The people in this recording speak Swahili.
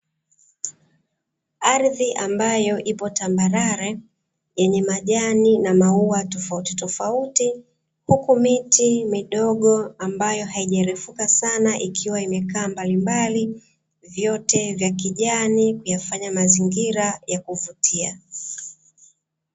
Ardhi ambayo ipo tambarare yenye majani na maua tofautitofauti, huku miti midogo ambayo haijarefuka sana ikiwa imekaa mbali mbali, vyote vya kijani vyafanya mazingira ya kuvutia.